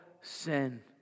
sin